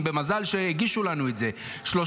ומזל שהגישו לנו את זה,